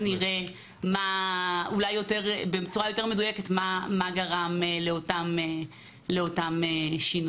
נראה בצורה מדויקת יותר מה גרם לאותם שינויים.